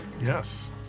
Yes